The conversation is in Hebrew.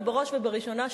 ובראש ובראשונה,